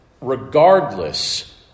regardless